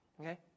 okay